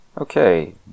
Okay